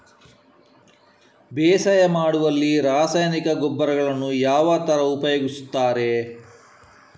ಬೇಸಾಯ ಮಾಡುವಲ್ಲಿ ರಾಸಾಯನಿಕ ಗೊಬ್ಬರಗಳನ್ನು ಯಾವ ತರ ಉಪಯೋಗಿಸುತ್ತಾರೆ?